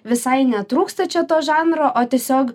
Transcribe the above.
visai netrūksta čia to žanro o tiesiog